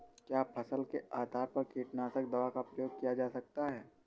क्या फसल के आधार पर कीटनाशक दवा का प्रयोग किया जाता है?